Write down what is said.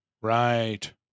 Right